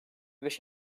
beş